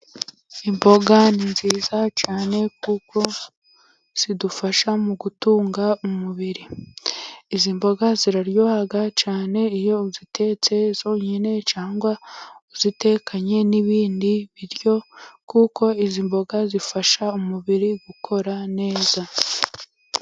Imboga ni nziza cyane, kuko zidufasha mu gutunga umubiri, izi mboga ziraryoha cyane iyo uzitetse zonyine cyangwa uzitekanye n'ibindi biryo, kuko izi mboga zifasha umubiri gukora neza.